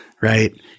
Right